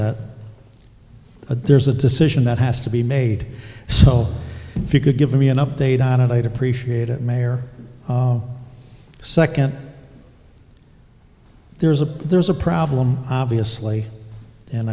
that there's a decision that has to be made so if you could give me an update on it i'd appreciate it mayor second there's a there's a problem obviously and